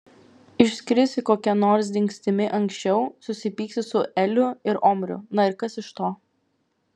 išskrisi kokia nors dingstimi anksčiau susipyksi su eliu ir omriu na ir kas iš to